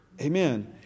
Amen